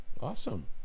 Awesome